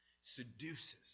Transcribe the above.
Seduces